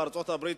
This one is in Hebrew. בארצות-הברית,